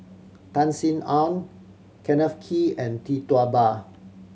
Tan Sin Aun Kenneth Kee and Tee Tua Ba